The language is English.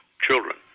children